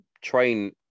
train